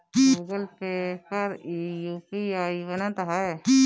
Google Pay पर इ UPI बनत हअ